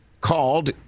called